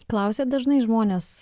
klausia dažnai žmonės